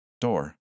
Door